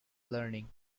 learning